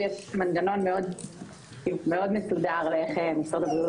יש מנגנון מאוד מסודר לאיך משרד הבריאות